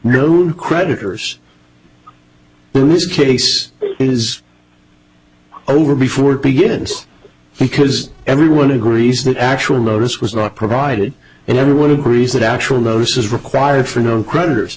your own creditors in this case is over before it begins because everyone agrees that actual notice was not provided and everyone agrees that actual notice is required for no creditors